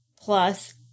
plus